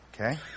Okay